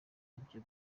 ivyo